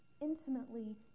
intimately